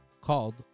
called